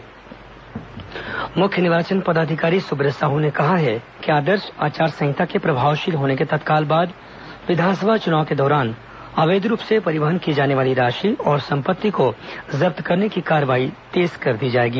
विधानसभा निर्वाचन बैठक मुख्य निर्वाचन पदाधिकारी सुब्रत साहू ने कहा है कि आदर्श आचार संहिता के प्रभावशील होने के तत्काल बाद विधानसभा चुनाव के दौरान अवैध रूप से परिवहन की जाने वाली राशि और सम्पत्ति को जब्त करने की कार्रवाई तेज कर दी जाएगी